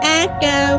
echo